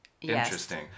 interesting